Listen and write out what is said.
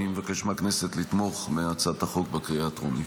אני מבקש מהכנסת לתמוך בהצעת החוק בקריאה הטרומית.